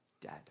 Dead